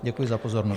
Děkuji za pozornost.